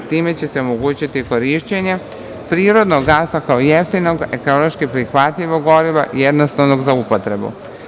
Time će se omogućiti korišćenje prirodnog gasa kao jeftinog ekološki prihvatljivog goriva, jednostavnog za upotrebu.